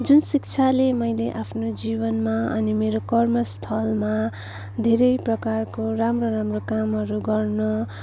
जुन शिक्षाले मैले आफ्नो जीवनमा अनि मेरो कर्मस्थलमा धेरै प्रकारको राम्रो राम्रो कामहरू गर्न